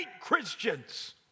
Christians